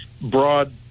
broad